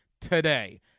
today